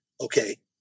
okay